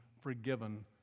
forgiven